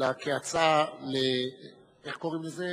אבל כהצעה, איך קוראים לזה?